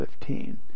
15